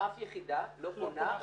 אף יחידה לא מפרסמת.